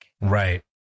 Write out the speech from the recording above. Right